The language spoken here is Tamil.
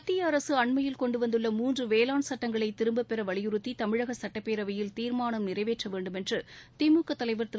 மத்திய அரசு அன்மையில் கொண்டு வந்துள்ள மூன்று வேளாண் சட்டங்களை திரும்பப்பெற வலியுறத்தி தமிழக சுட்டப்பேரவையில் தீர்மானம் நிறைவேற்ற வேண்டும் என்று திமுக தலைவர் திரு